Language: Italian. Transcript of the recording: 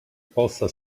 posta